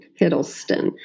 Hiddleston